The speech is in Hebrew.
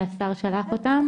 שהשר שלח אותם,